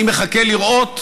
אני מחכה לראות,